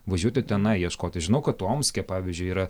važiuoti tenai ieškoti žinau kad omske pavyzdžiui yra